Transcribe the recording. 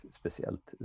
speciellt